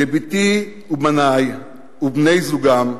לבתי ולבני ובני-זוגם,